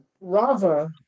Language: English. Rava